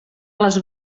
les